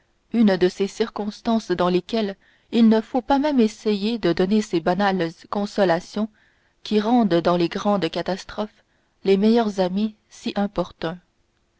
une de ces circonstances dans lesquelles il ne faut pas même essayer de donner ces banales consolations qui rendent dans les grandes catastrophes les meilleurs amis si importuns